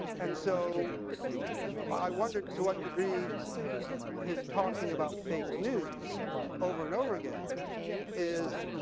and so i wondered to what degree his talking about fake news over and over again is,